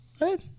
right